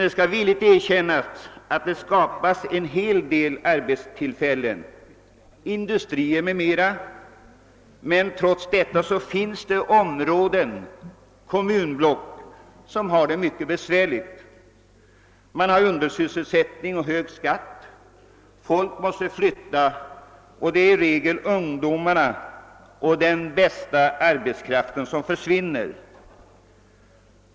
Det skall villigt erkännas att det skapas en hel del arbetstillfällen, industrier m.m., men trots detta finns det kommunblock som har det mycket besvärligt. Man har undersysselsättning och hög skatt. Folk måste flytta, och det är då i regel ungdomarna och den bästa arbetskraften som försvinner.